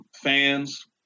fans